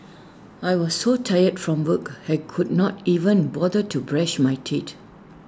I was so tired from work I could not even bother to brush my teeth